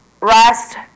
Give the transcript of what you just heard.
rest